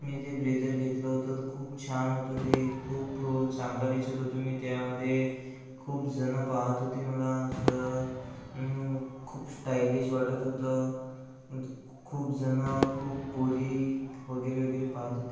मी जे ब्लेजर घेतलं होतं खूप छान होतं ते खूप चांगला दिसत होतो मी त्यामध्ये खूप जणं पहात होते मला असं खूप स्टाईलिश वाटत होतं खूप जणं खूप पोरी वगैरे वगैरे पहात होती